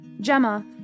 Gemma